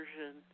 version